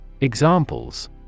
Examples